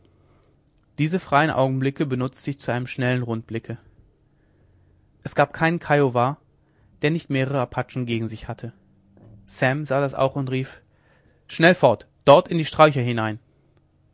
diesen freien augenblick benutzte ich zu einem schnellen rundblicke es gab keinen kiowa der nicht mehrere apachen gegen sich hatte sam sah das auch und rief schnell fort dort in die sträucher hinein